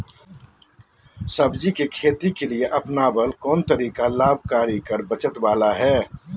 सब्जी के खेती के लिए अपनाबल कोन तरीका लाभकारी कर बचत बाला है?